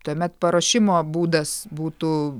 tuomet paruošimo būdas būtų